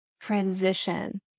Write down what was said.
transition